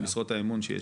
או משרות האמון.